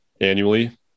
annually